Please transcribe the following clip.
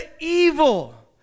evil